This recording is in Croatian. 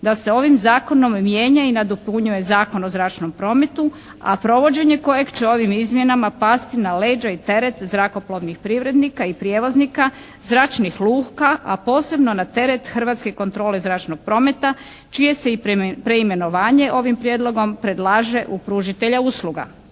da se ovim zakonom mijenja i nadopunjuje Zakon o zračnom prometu a provođenje kojeg će ovim izmjenama pasti na leđa i teret zrakoplovnih privrednika i prijevoznika, zračnih luka a posebno na teret Hrvatske kontrole zračnog prometa čije se i preimenovanje ovim prijedlogom predlaže u pružitelja usluga.